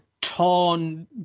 torn